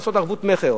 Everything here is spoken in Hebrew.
לעשות ערבות מכר,